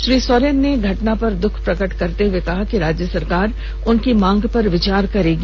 श्री सोरेन ने घटना पर दुःख प्रकट करते हुए कहा कि राज्य सरकार उनकी मांग पर विचार करेगी